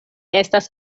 estas